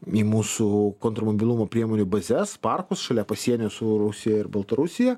į mūsų kontrmobilumo priemonių bazes parkus šalia pasienio su rusija ir baltarusija